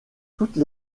toutes